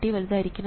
5 എന്ന് ലഭിക്കും